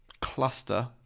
cluster